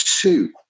two